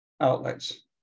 outlets